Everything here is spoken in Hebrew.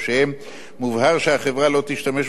מובהר שהחברה לא תשתמש בנכסים שניתנו